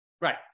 right